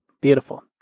Beautiful